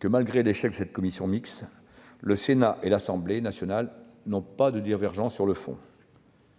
que, malgré l'échec de la commission mixte paritaire, le Sénat et l'Assemblée nationale n'ont pas de divergence sur le fond.